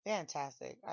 Fantastic